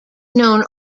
known